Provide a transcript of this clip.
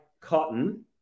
Cotton